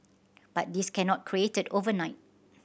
but this cannot created overnight